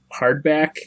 hardback